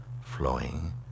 flowing